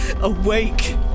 awake